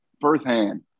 firsthand